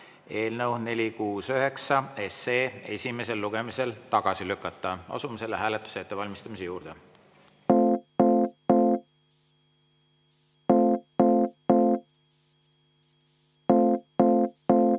eelnõu 469 esimesel lugemisel tagasi lükata. Asume selle hääletuse ettevalmistamise juurde.